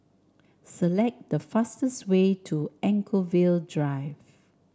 select the fastest way to Anchorvale Drive